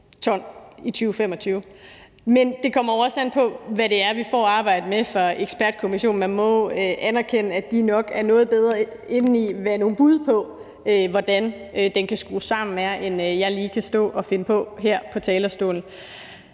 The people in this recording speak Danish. CO2 i 2025, men det kommer jo også an på, hvad vi får at arbejde med fra ekspertkommissionen. Man må anerkende, at de nok er noget bedre inde i, hvad nogle bud på, hvordan den kan skrues sammen, kan være, end jeg lige kan stå og finde på her på talerstolen.